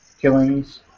killings